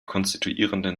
konstituierenden